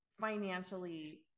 financially